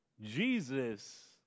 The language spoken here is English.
Jesus